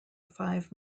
five